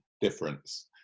difference